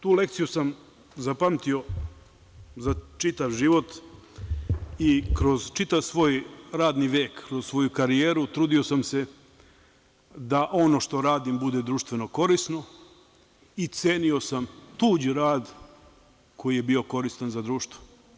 Tu lekciju sam zapamtio za čitav život i kroz čitav svoj radni vek, svoju karijeru, trudio sam se da ono što radim bude društveno korisno i cenio sam tuđ rad koji je bio koristan za društvo.